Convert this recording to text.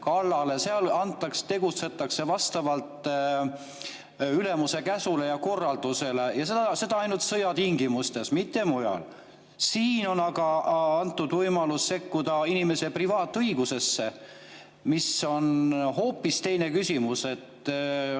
kallale, seal tegutsetakse vastavalt ülemuse käsule ja korraldusele, ja seda ainult sõjatingimustes, mitte muul ajal. Siin on aga antud võimalus sekkuda inimese privaatõigusesse, mis on hoopis teine küsimus,